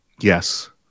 Yes